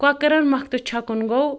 کۄکرَن مۄکھتہٕ چھکُن گوٚو